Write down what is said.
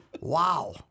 wow